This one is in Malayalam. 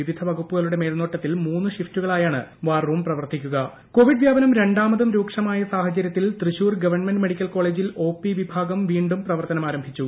വിവിധ വകുപ്പുകളുടെ മേൽനോട്ടിത്തിൽ മൂന്ന് ഷിഫ്റ്റുകളായാണ് വാർ റൂം പ്രവർത്തിക്കുക്ക് കോവിഡ് വ്യാപനം രണ്ടാമതും രൂക്ഷമായ സാഹചരു്ത്തിൽ തൃശൂർ ഗവൺമെന്റ് മെഡിക്കൽ കോളേജിൽ ഒ പി വിഭാഗം വീണ്ടും പ്രവർത്തനമാരംഭിച്ചു